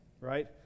right